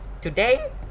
today